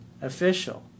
official